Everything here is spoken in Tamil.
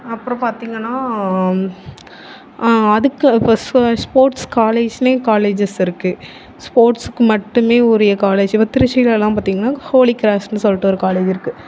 அப்புறம் பார்த்தீங்கன்னா அதுக்கு இப்போ ஸ்போர்ட்ஸ் காலேஜ்ஜுனே காலேஜ்ஜஸ் இருக்குது ஸ்போர்ட்ஸுக்கும் மட்டுமே உரிய காலேஜ் இப்போ திருச்சிலலாம் பார்த்திங்கன்னா ஹோலி கிராஸ்னு சொல்லிட்டு ஒரு காலேஜ் இருக்குது